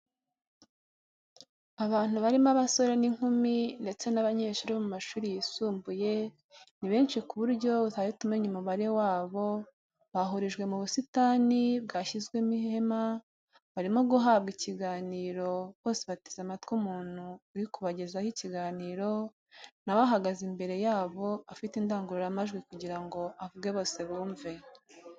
Abantu barimo abasore n'inkumi ndetse n'abanyeshuri bo mu mashuri yisumbuye ni benshi ku buryo utahita umenya umubare wabo, bahurijwe mu busitani bwashyizwemo ihema ,barimo guhabwa ikiganiro , bose bateze amatwi umuntu uri kubagezaho ikiganiro nawe ahagaze imbere yabo afite indangururamajwi kugirango avuge bose bumve.